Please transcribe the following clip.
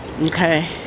Okay